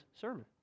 sermon